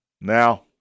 Now